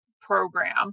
program